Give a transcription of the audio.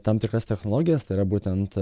tam tikras technologijas tai yra būtent